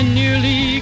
nearly